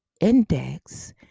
index